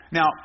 Now